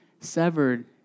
severed